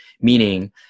Meaning